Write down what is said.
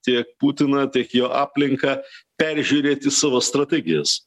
tiek putiną tik jo aplinką peržiūrėti savo strategijas